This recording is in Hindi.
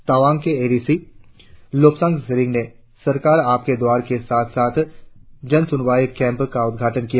तावांग के A D C Lobsang Tsering ने सरकार आपके द्वार के साथ साथ जनसुनवाई केम्प का उद्घाटन किया